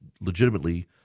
legitimately